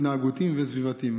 התנהגותיים וסביבתיים,